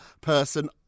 person